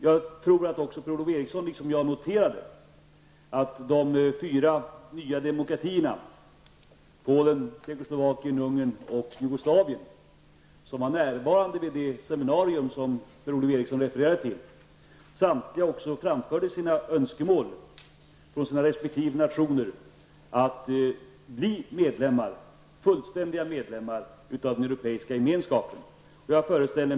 Jag tror att Per-Ola Eriksson, liksom jag, noterade att representanter för de fyra nya demokratierna -- Polen, Tjeckoslovakien, Ungern och Jugoslavien -- som var närvarande vid det seminarium som Per-Ola Eriksson refererade till framförde önskemål från sina resp. nationer om att bli fullständiga medlemmar i den europeiska gemenskapen.